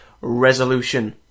Resolution